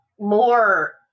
more